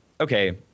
okay